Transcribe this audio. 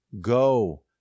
go